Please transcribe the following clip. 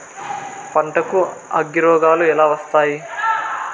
పంటకు అగ్గిరోగాలు ఎలా వస్తాయి?